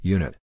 Unit